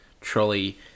trolley